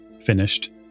finished